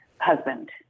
husband